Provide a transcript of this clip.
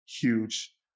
Huge